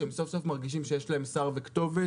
שסוף סוף הם מרגישים שיש להם שר וכתובת.